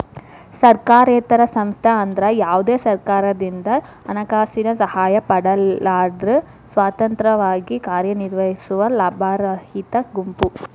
ಸರ್ಕಾರೇತರ ಸಂಸ್ಥೆ ಅಂದ್ರ ಯಾವ್ದೇ ಸರ್ಕಾರದಿಂದ ಹಣಕಾಸಿನ ಸಹಾಯ ಪಡಿಲಾರ್ದ ಸ್ವತಂತ್ರವಾಗಿ ಕಾರ್ಯನಿರ್ವಹಿಸುವ ಲಾಭರಹಿತ ಗುಂಪು